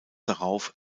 darauf